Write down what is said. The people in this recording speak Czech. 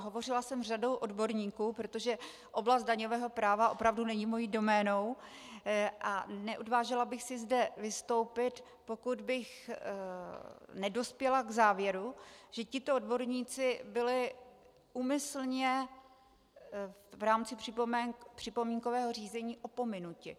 Hovořila jsem s řadou odborníků, protože oblast daňového práva opravdu není mou doménou a neodvážila bych se zde vystoupit, pokud bych nedospěla k závěru, že tito odborníci byli úmyslně v rámci připomínkového řízení opomenuti.